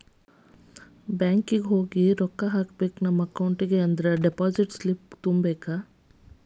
banking ಹೋಗಿ ರೊಕ್ಕ ಹಾಕ್ಕೋಬೇಕ್ ನಮ ಅಕೌಂಟಿಗಿ ಅಂದ್ರ ಡೆಪಾಸಿಟ್ ಸ್ಲಿಪ್ನ ತುಂಬಬೇಕ್